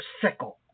sickle